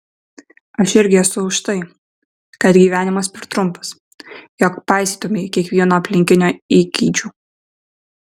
aš irgi esu už tai kad gyvenimas per trumpas jog paisytumei kiekvieno aplinkinio įgeidžių